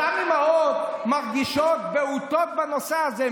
אותן אימהות מרגישות בעתה בנושא הזה.